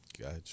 Gotcha